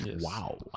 Wow